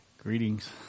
Greetings